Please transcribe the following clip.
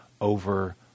over